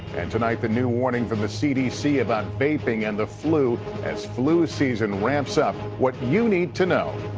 and tonight, the new warning from the cdc about vaping and the flu as flu season ramps up, what you need to know.